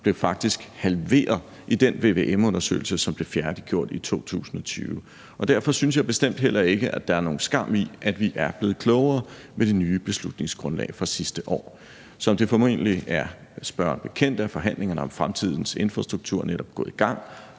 blev faktisk halveret i den vvm-undersøgelse, som blev færdiggjort i 2020. Derfor synes jeg bestemt heller ikke, at der er nogen skam i, at vi er blevet klogere med det nye beslutningsgrundlag fra sidste år. Som det formentlig er spørgeren bekendt, er forhandlingerne om fremtidens infrastruktur netop gået i gang.